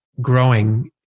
growing